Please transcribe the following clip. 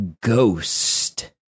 ghost